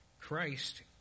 Christ